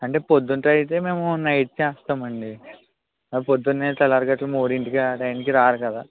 అంటే పొద్దున్నకు అయితే మేము నైట్ చేస్తాం అండి పొద్దున్న తెల్లారిగట్ల మూడింటికి ఆ టైమ్కి రారు కదా